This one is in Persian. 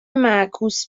معکوس